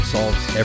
Solves